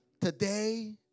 Today